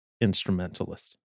instrumentalist